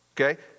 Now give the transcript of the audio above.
Okay